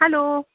hello